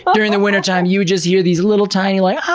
but during the wintertime you would just hear these little tiny like